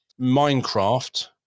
minecraft